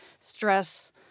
stress